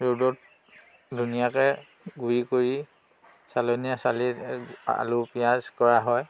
ৰ'দত ধুনীয়াকৈ গুড়ি কৰি চালনীৰে চালি এই আলু পিঁয়াজ কৰা হয়